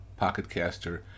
Pocketcaster